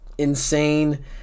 Insane